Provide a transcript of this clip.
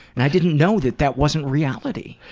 and i didn't know that that wasn't reality.